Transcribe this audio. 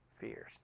fears